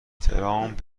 ترامپ